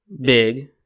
Big